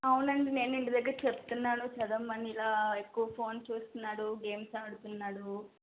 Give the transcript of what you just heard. అవునండి నేను ఇంటి దగ్గర చెప్తున్నాను చదవమని ఇలా ఎక్కువ ఫోన్ చూస్తున్నాడు గేమ్స్ ఆడుతున్నాడు